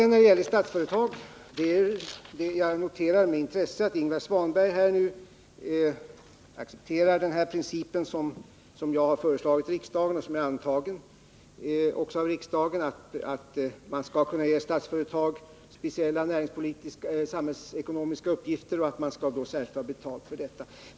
När det gäller Statsföretag noterar jag med intresse att Ingvar Svanberg accepterar den princip som jag har föreslagit i riksdagen och som är antagen, nämligen att man skall kunna ge Statsföretag speciella samhällsekonomiska uppgifter och att man skall kunna ta betalt för detta.